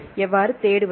எவ்வாறு தேடுவது